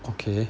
okay